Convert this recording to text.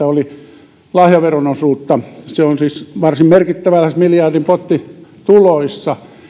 oli lahjaveron osuutta se on siis varsin merkittävä lähes miljardin potti tuloissa niin